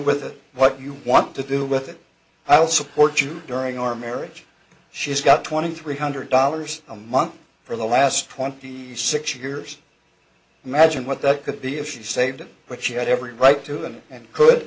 with it what you want to do with it i'll support you during our marriage she's got twenty three hundred dollars a month for the last twenty six years imagine what that could be if she saved it but she had every right to and and could